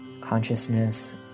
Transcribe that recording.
Consciousness